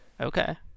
Okay